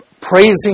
praising